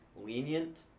lenient